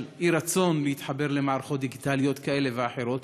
אי-רצון להתחבר למערכות דיגיטליות כאלה ואחרות,